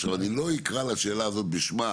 עכשיו, אני לא אקרא לשאלה הזאת בשמה,